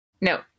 No